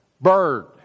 bird